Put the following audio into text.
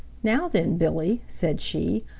now then, billy, said she,